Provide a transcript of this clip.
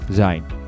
zijn